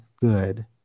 good